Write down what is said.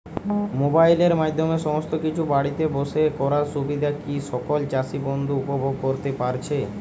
মোবাইলের মাধ্যমে সমস্ত কিছু বাড়িতে বসে করার সুবিধা কি সকল চাষী বন্ধু উপভোগ করতে পারছে?